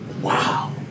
wow